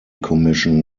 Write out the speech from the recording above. commission